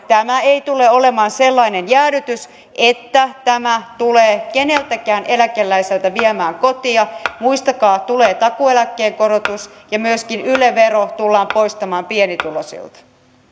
tämä ei tule olemaan sellainen jäädytys että tämä tulee keneltäkään eläkeläiseltä viemään kotia muistakaa tulee takuueläkkeen korotus ja myöskin yle vero tullaan poistamaan pienituloisilta